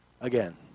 again